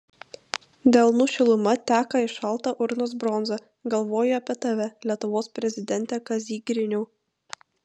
delnų šiluma teka į šaltą urnos bronzą galvoju apie tave lietuvos prezidente kazy griniau